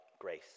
grace